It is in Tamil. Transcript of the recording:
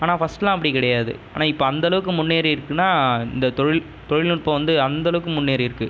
ஆனால் ஃபர்ஸ்ட்லாம் அப்படி கிடையாது ஆனால் இப்போ அந்தளவுக்கு முன்னேறிருக்குதுன இந்த தொழில் தொழில்நுட்பம் வந்து அந்தளவுக்கு முன்னேறிருக்கும்